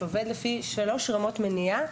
שעובד לפי שלוש רמות מניעה,